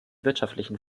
wirtschaftlichen